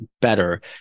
better